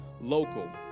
local